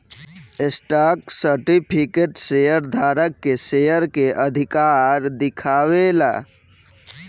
stock certificate share धारक के share के अधिकार दिखावे ला